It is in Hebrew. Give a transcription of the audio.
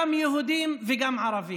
גם יהודים וגם ערבים.